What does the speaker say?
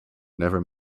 never